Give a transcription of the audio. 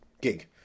gig